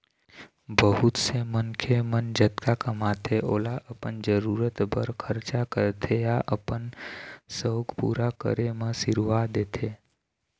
बहुत से मनखे मन जतका कमाथे ओला अपन जरूरत बर खरचा करथे या अपन सउख पूरा करे म सिरवा देथे